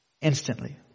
instantly